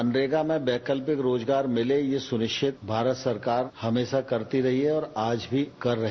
मनरेगा में वैकल्पिक रोजगार मिले ये सुनिश्चित भारत सरकार हमेशा करती रही है और आज भी कर रही